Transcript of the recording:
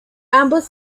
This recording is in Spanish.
ambos